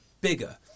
bigger